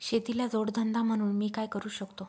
शेतीला जोड धंदा म्हणून मी काय करु शकतो?